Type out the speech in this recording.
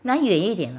拿远一点 lah